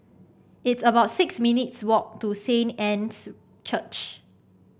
it's about six minutes' walk to Saint Anne's Church